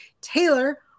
Taylor